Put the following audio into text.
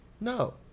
No